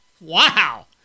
Wow